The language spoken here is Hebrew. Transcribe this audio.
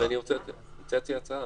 לא, אבל אני רוצה להציע הצעה.